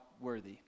worthy